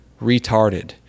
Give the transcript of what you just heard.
retarded